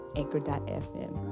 anchor.fm